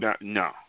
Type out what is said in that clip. No